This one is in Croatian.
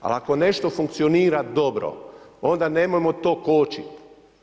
Ali, ako nešto funkcionira dobro, onda nemojmo to kočiti.